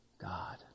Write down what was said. God